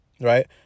right